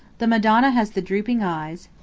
the madonna has the drooping eyes,